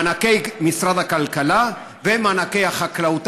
מענקי משרד הכלכלה ומענקי החקלאות.